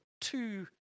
two